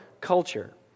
culture